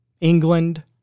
England